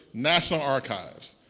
national archives,